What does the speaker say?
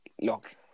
look